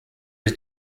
his